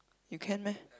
you can meh